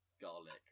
Garlic